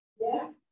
yes